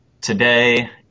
today